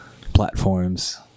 platforms